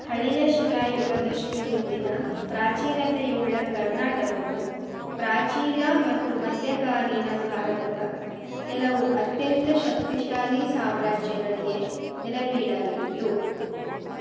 ಹಳೆಯ ಶಿಲಾಯುಗದಷ್ಟು ಹಿಂದಿನ ಪ್ರಾಚೀನತೆಯುಳ್ಳ ಕರ್ನಾಟಕವು ಪ್ರಾಚೀನ ಮತ್ತು ಮಧ್ಯಕಾಲೀನ ಭಾರತದ ಕೆಲವು ಅತ್ಯಂತ ಶಕ್ತಿಶಾಲಿ ಸಾಮ್ರಾಜ್ಯಗಳಿಗೆ ನೆಲೆ ಬೀಡಾಗಿದ್ದಿತ್ತು